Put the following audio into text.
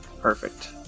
Perfect